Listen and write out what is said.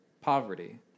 poverty